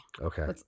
Okay